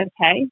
okay